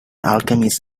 alchemist